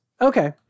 Okay